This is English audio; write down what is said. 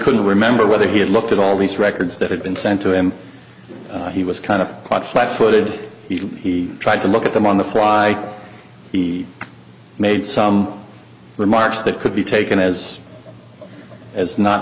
couldn't remember whether he had looked at all these records that had been sent to him he was kind of quite flat footed he tried to look at them on the fly he made some remarks that could be taken as as not